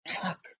fuck